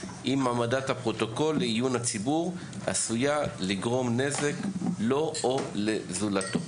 אם העמדת הפרוטוקול לעיון הציבור עשויה לגרום נזק לו או לזולתו.